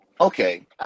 Okay